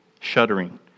shuddering